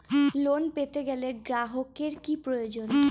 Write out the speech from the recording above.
Loan পেতে গেলে গ্রাহকের কি প্রয়োজন?